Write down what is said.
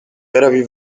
بروی